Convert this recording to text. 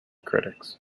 critics